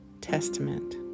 Testament